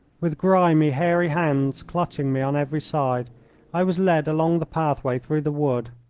with grimy, hairy hands clutching me on every side i was led along the pathway through the wood,